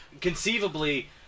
conceivably